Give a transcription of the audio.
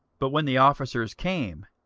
but when the officers came,